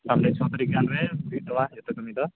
ᱥᱟᱢᱱᱮ ᱪᱷᱚ ᱛᱟᱨᱤᱠ ᱜᱟᱱ ᱨᱮ ᱦᱩᱭᱩᱜ ᱛᱟᱢᱟ ᱡᱚᱛᱚ ᱠᱟᱹᱢᱤ ᱫᱚ